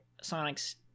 Sonic's